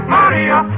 Maria